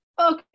okay